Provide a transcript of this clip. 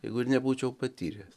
jeigu nebūčiau patyręs